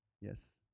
Yes